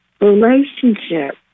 relationship